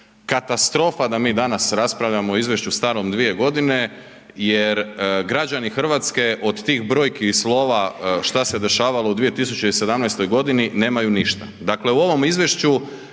katastrofa da mi danas raspravljamo o izvješću starom 2 godine jer građani Hrvatske od tih brojki i slova šta se dešavalo u 2017. godini nemaju ništa. Dakle, u ovom izvješću